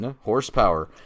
horsepower